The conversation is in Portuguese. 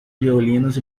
violinos